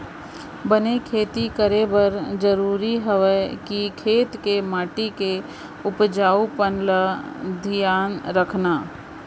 बने खेती करे बर जरूरी हवय कि खेत के माटी के उपजाऊपन ल धियान रखना